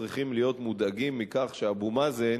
צריכים להיות מודאגים מכך שאבו מאזן